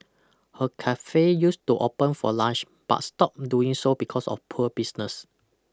her cafe used to open for lunch but stopped doing so because of poor business